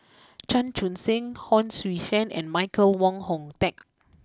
Chan Chun sing Hon Sui Sen and Michael Wong Hong Deng